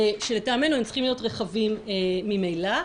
כשלטעמנו הם צריכים להיות רחבים ממילא,